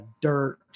Dirt